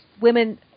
women